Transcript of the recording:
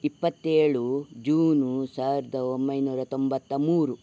ಇಪ್ಪತ್ತೇಳು ಜೂನು ಸಾವಿರದ ಒಂಬೈನೂರ ತೊಂಬತ್ತ ಮೂರು